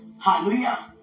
Hallelujah